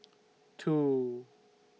two